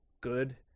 good